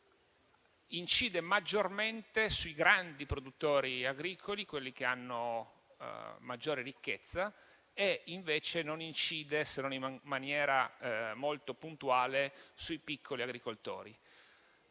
incide maggiormente sui grandi produttori agricoli, quelli che hanno maggiore ricchezza, e invece non incide, se non in maniera molto puntuale, sui piccoli agricoltori.